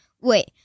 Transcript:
Wait